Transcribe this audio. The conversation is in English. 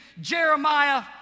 Jeremiah